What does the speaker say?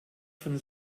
von